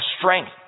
strength